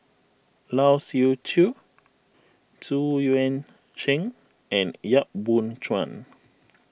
Lai Siu Chiu Xu Yuan Zhen and Yap Boon Chuan